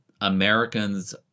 Americans